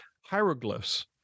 hieroglyphs